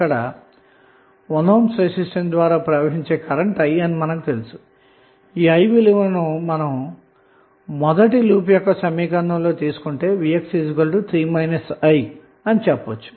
ఇక్కడ 1 ohm resistance ద్వారా ప్రవహించే కరెంటుi అని మనకు తెలుసు ఈ కరెంటుi విలువనుమొదటి లూప్ యొక్క సమీకరణం లో తీసుకొంటే vx3 iఅని చెప్పవచ్చు